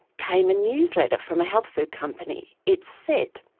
came a newsletter from a health food company. it said,